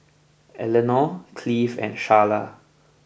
Elenor Cleave and Charla